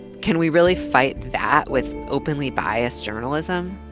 can we really fight that with, openly biased journalism?